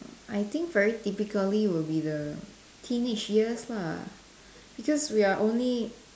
I think very typically will be the teenage years lah because we were only